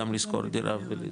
גם לשכור דירה ולהתפרנס,